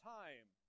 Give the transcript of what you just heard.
time